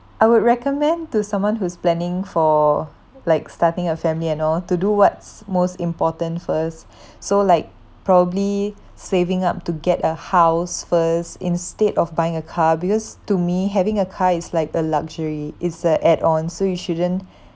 I would recommend to someone who's planning for like starting a family and all to do what's most important first so like probably saving up to get a house first instead of buying a car because to me having a car is like a luxury is a add-on so you shouldn't